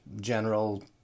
general